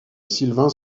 sylvain